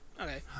okay